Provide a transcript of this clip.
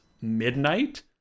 midnight